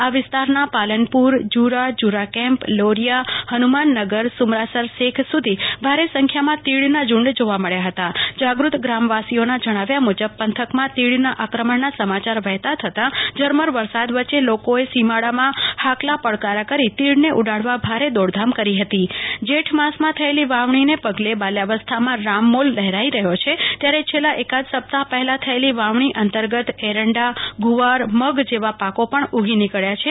આ વિસ્તારનાં પાલનપુર ઝુરાઝુરા કેમ્પલોરિયાહનુમાનનગર સુમરાસર શેખ સુધી ભારે સંખ્યામાં તીડના ઝુંડ જોવા મળ્યા હતા જાગૃત ગ્રામવાસીઓના જણાવ્યા મુજબ પૂંથકમાં તીડનાં આક્રમણનાં સમાચાર વહેતાં થતા ઝરમર વરસાદ વચે લોકોએ સીમાડામાં હાકલા પડકાર કરી તિદને ઉડાવવા ભારે દોડદામ કરી હતી જેઠ માસમાં થયેલી વાવણીને પગલે બાલ્યોવસ્થામાં રામમીલ ેલહેરાઈ રહ્યો છે ત્યારે છેલ્લા એકાદ સપ્તાહ પહેલા થયેલ વાવણી અંતર્ગત ગુવારમગજેવા પાકો પણ ઊગી નીકળ્યા છે